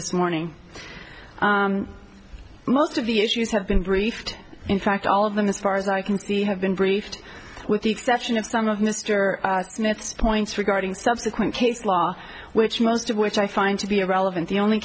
this morning most of the issues have been briefed in fact all of them as far as i can see have been briefed with the exception of some of mr smith's points regarding subsequent case law which most of which i find to be irrelevant the only